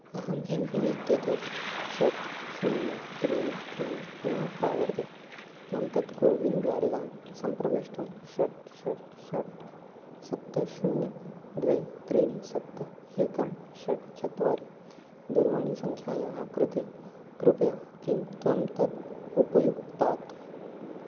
अहम् M PIN इत्येतत् षट् शून्यं त्रीणि त्रीणि पुनः प्रावर्ते त्वं तत् कोविन् द्वारिकां सम्प्रवेष्टुं षट् षट् षट् सप्त शून्यं द्वे त्रीणि सप्त एकं षट् चत्वारि दूरवाणीसङ्ख्यायाः कृते कृपया किं त्वं तत् उपयुङ्क्तात्